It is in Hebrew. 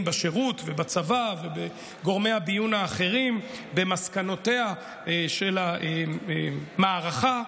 בשירות ובצבא ובגורמי הביון האחרים במסקנותיה של המערכה,